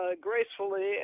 gracefully